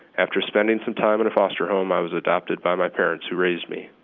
after spending some time in a foster home, i was adopted by my parents who raised me.